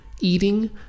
eating